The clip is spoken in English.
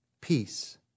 peace